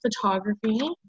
Photography